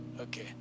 okay